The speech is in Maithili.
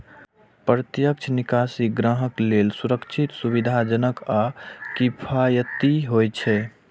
प्रत्यक्ष निकासी ग्राहक लेल सुरक्षित, सुविधाजनक आ किफायती होइ छै